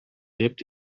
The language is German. lebt